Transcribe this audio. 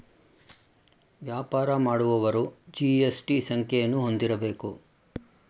ವ್ಯಾಪಾರ ಮಾಡುವವರು ಜಿ.ಎಸ್.ಟಿ ಸಂಖ್ಯೆಯನ್ನು ಹೊಂದಿರಬೇಕು